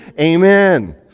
amen